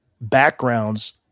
backgrounds